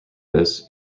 this